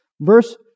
Verse